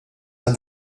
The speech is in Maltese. għal